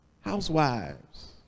housewives